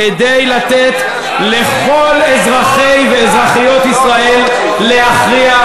כדי לתת לכל אזרחי ואזרחיות ישראל להכריע.